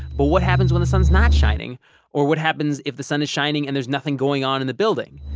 but what happens when the sun's not shining or what happens if the sun is shining and there's nothing going on in the building?